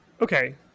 Okay